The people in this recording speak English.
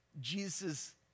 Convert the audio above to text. Jesus